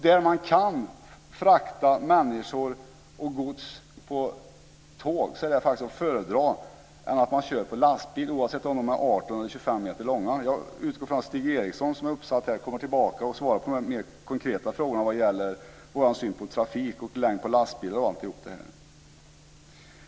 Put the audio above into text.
Där man kan frakta människor och gods på tåg så är det faktiskt att föredra framför att man kör t.ex. gods på lastbil, oavsett om de är 18 eller 25 meter långa. Jag utgår från att Stig Eriksson som är uppsatt på talarlistan kommer att svara på de mer konkreta frågorna när det gäller vår syn på trafik, längd på lastbilar, osv.